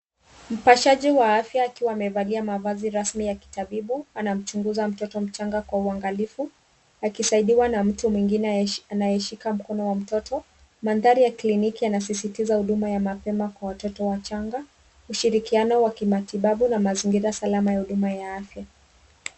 Mpashaji wa afya akiwa amevalia mavazi rasmi ya kitabibu anamchunguza mtoto mchanga kwa uangalifu akisaidiwa na mtu mwingine anayeshika mkono wa mtoto. Mandhari ya kliniki yanasisitiza huduma ya mapema kwa watoto wachanga, ushirikiano wa kimatibabu na mazingira salama ya huduma ya afya.